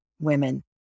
women